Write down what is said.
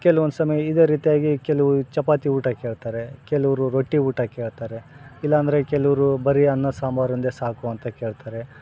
ಕೆಲ್ವೊಂದು ಸಮಯ ಇದೇ ರೀತಿಯಾಗಿ ಕೆಲವರು ಚಪಾತಿ ಊಟ ಕೇಳ್ತಾರೆ ಕೆಲವರು ರೊಟ್ಟಿ ಊಟ ಕೇಳ್ತಾರೆ ಇಲ್ಲ ಅಂದರೆ ಕೆಲವರು ಬರಿ ಅನ್ನ ಸಾಂಬಾರು ಒಂದೇ ಸಾಕು ಅಂತ ಕೇಳ್ತಾರೆ